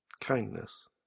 kindness